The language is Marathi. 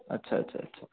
अच्छा अच्छा अच्छा